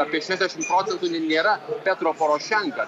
apie šešiasdešimt procentų nėra petro porošenka